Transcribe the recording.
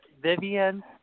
Vivian